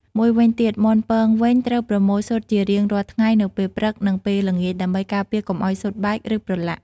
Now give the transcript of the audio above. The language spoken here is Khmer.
មួយវិញទៀត មាន់ពងវិញ ត្រូវប្រមូលស៊ុតជារៀងរាល់ថ្ងៃនៅពេលព្រឹក និងពេលល្ងាច ដើម្បីការពារកុំឲ្យស៊ុតបែក ឬប្រឡាក់។